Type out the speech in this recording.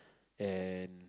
and